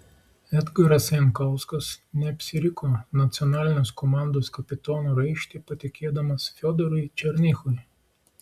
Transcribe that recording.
edgaras jankauskas neapsiriko nacionalinės komandos kapitono raištį patikėdamas fiodorui černychui